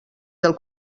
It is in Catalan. del